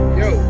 yo